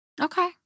Okay